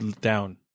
down